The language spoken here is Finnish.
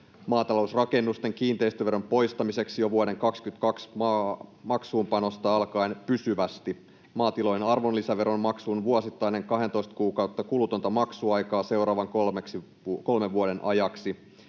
maatalousrakennusten kiinteistöveron poistaminen jo vuoden 2022 maksuunpanosta alkaen pysyvästi, maatilojen arvonlisäveron maksun vuosittainen 12 kuukautta kulutonta maksuaikaa seuraavan kolmen vuoden ajaksi